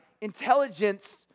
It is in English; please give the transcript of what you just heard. intelligence